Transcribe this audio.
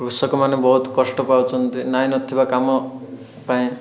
କୃଷକମାନେ ବହୁତ କଷ୍ଟ ପାଉଛନ୍ତି ନାଇଁ ନ ଥିବା କାମ ପାଇଁ